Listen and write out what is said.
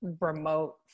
remote